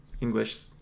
english